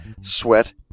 sweat